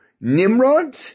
Nimrod